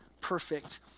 perfect